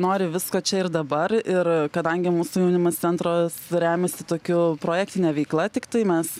nori visko čia ir dabar ir kadangi mūsų jaunimo centras remiasi tokiu projektine veikla tiktai mes